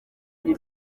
ati